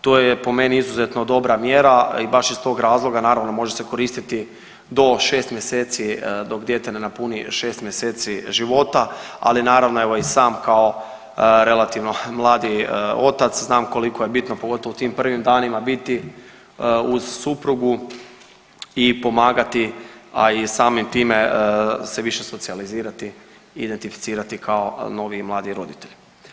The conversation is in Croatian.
To je po meni izuzetno dobra mjera i baš iz tog razloga naravno može se koristiti do 6 mjeseci dok dijete ne napuni 6 mjeseci života, ali naravno i sam kao relativno mladi otac znam koliko je bitno pogotovo u tim prvim danima biti uz suprugu i pomagati, a i samim time se više socijalizirati i identificirati kao novi i mladi roditelj.